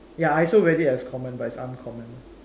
ya I also read it as common but its uncommon